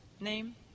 name